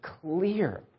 clear